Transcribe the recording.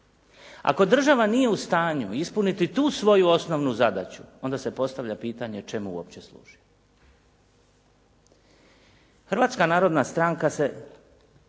Ako država nije u stanju ispuniti tu svoju osnovnu zadaću, onda se postavlja pitanje čemu uopće služi. Hrvatska narodna stranka se